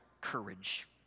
courage